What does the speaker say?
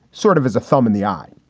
sort of as a thumb in the eye,